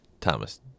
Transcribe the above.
Thomas